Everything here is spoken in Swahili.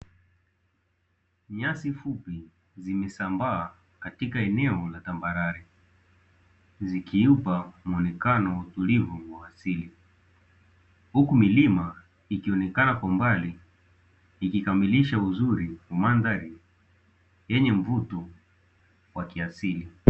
Nyasi fupi zimesambaa katika eneo la tambarare zikiupa mwonekano wa utulivu wa asili, huku mlima ikionekana kwa mbali ikikamilisha uzuri wa mandari yenye mvuto wa kiasili.